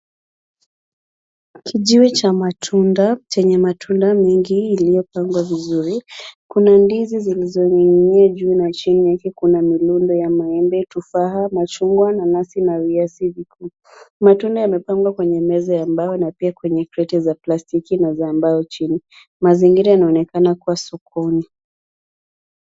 Kijiwe cha matunda chenye matunda mengi yaliyopangwa vizuri. Kuna ndizi zilizoning'inia juu na chini yake kuna mirundo ya maembe, tufaha, machungwa, nanasi na viazi vikuu. Matunda yamepangwa kwenye meza ya mbao na pia kwenye kreti za plastiki na za mbao chini. Mazingira yanaonekana kuwa sokoni.